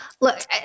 look